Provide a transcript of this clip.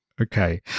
Okay